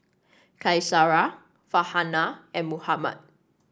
Qaisara Farhanah and Muhammad